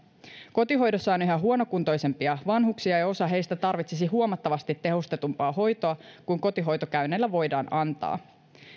kotihoidossa on yhä huonokuntoisempia vanhuksia ja osa heistä tarvitsisi huomattavasti tehostetumpaa hoitoa kuin kotihoitokäynneillä voidaan antaa